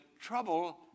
trouble